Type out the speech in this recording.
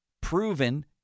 proven